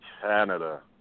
Canada